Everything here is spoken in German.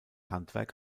handwerk